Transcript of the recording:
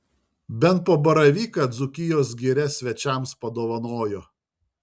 bent po baravyką dzūkijos giria svečiams padovanojo